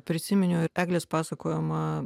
prisiminiau ir eglės pasakojimą